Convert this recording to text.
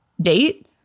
date